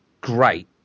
great